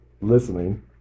listening